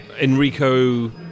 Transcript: Enrico